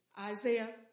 Isaiah